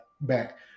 back